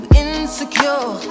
insecure